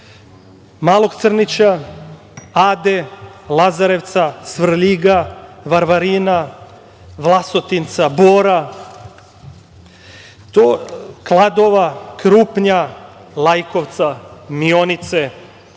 Malog Crnića, Ade, Lazarevca, Svrljiga, Varvarina, Vlasotinca, Bora, Kladova, Krupnja, Lajkovca, Mionice,